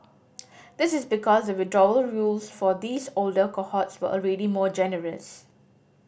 this is because the withdrawal rules for these older cohorts were already more generous